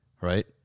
right